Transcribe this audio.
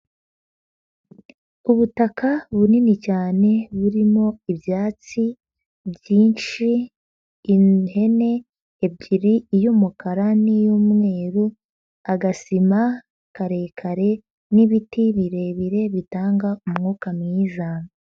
Ubutaka bunini cyane burimo ibyatsi byinshi, ihene ebyiri iy'umukara n'iy'umweru, agasima karekare n'ibiti birebire bitanga umwuka mwiza.